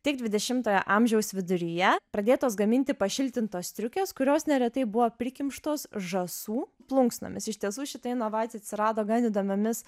tik dvidešimojo amžiaus viduryje pradėtos gaminti pašiltintos striukės kurios neretai buvo prikimštos žąsų plunksnomis iš tiesų šita inovacija atsirado gan įdomiomis